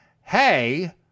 hey